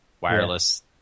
wireless